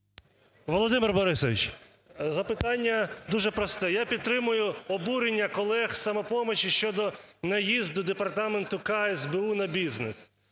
Володимир Борисович, запитання дуже просте. Я підтримую обурення колег з "Самопомочі" щодо наїзду департаменту "К" СБУ на бізнес.